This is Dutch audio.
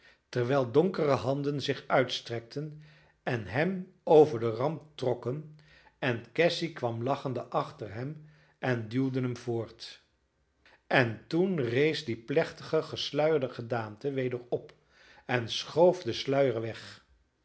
terwijl donkere handen zich uitstrekten en hem over den rand trokken en cassy kwam lachende achter hem en duwde hem voort en toen rees die plechtige gesluierde gedaante weder op en schoof den sluier weg